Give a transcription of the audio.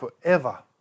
forever